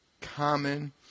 common